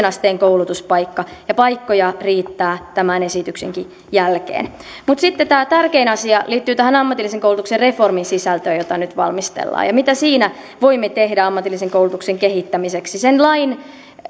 asteen koulutuspaikka ja paikkoja riittää tämän esityksenkin jälkeen mutta sitten tämä tärkein asia liittyy tähän ammatillisen koulutuksen reformin sisältöön jota nyt valmistellaan ja siihen mitä siinä voimme tehdä ammatillisen koulutuksen kehittämiseksi sen lain